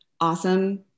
awesome